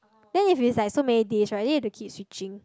then if it's like so many days right then you have to keep switching